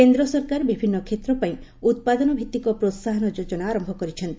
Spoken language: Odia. କେନ୍ଦ୍ର ସରକାର ବିଭିନ୍ନ କ୍ଷେତ୍ର ପାଇଁ ଉତ୍ପାଦନ ଭିଭିକ ପ୍ରୋହାହନ ଯୋଜନା ଆରମ୍ଭ କରିଛନ୍ତି